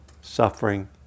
suffering